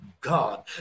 God